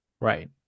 right